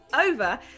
Over